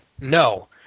no